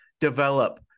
develop